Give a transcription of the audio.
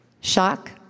Shock